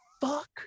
fuck